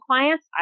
clients